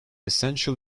essential